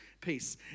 peace